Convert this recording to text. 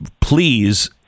please